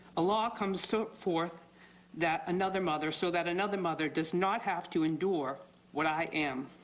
a law comes so forth that another mother so that another mother does not have to endure what i am.